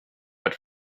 but